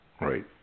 Right